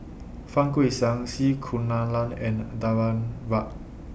Fang Guixiang C Kunalan and Danaraj